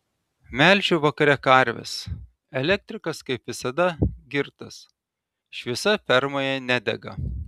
melžiu vakare karves elektrikas kaip visada girtas šviesa fermoje nedega